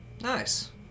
nice